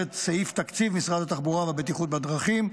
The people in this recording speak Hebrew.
סעיף תקציב משרד התחבורה והבטיחות בדרכים,